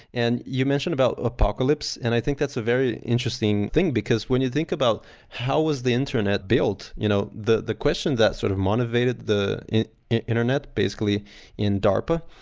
and you mention about apocalypse, and i think that's a very interesting thing because when you think about how was the internet built, you know the the question that sort of motivated the internet, basically in darpa,